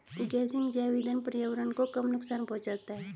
गेसिंग जैव इंधन पर्यावरण को कम नुकसान पहुंचाता है